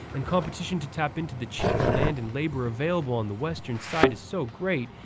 and competition to tap into the cheaper land and labor available on the western side is so great,